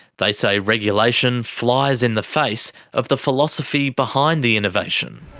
they say regulation flies in the face of the philosophy behind the innovation.